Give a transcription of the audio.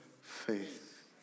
faith